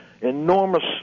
enormous